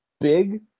big